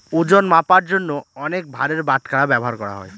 ওজন মাপার জন্য অনেক ভারের বাটখারা ব্যবহার করা হয়